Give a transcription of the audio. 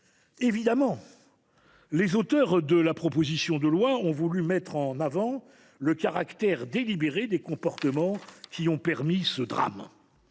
d’accord ! Les auteurs de la proposition de loi ont voulu mettre en avant le caractère délibéré des comportements qui ont permis ce drame.